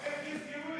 איך יסגרו את זה?